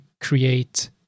create